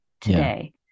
today